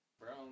Brown